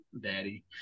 daddy